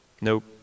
Nope